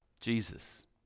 Jesus